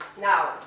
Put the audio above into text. Now